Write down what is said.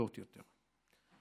כבדות יותר.